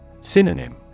Synonym